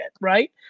right